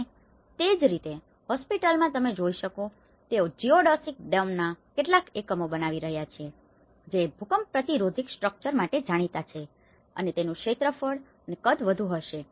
અને તે જ રીતે હોસ્પિટલમાં તમે જોઇ શકો છો કે તેઓ જીઓડેસીક ડોમનાં કેટલાક એકમો બનાવી રહ્યા છે જે ભૂકંપ પ્રતિરોધક સ્ટ્રક્ચર માટે જાણીતા છે અને જેનું ક્ષેત્રફળ ઓછું અને કદ વધુ હશે